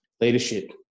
leadership